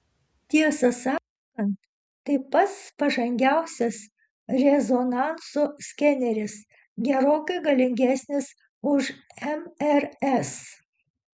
tiesą sakant tai pats pažangiausias rezonanso skeneris gerokai galingesnis už mrs